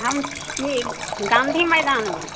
हम छी गाँधी मैदानमे